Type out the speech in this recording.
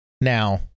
Now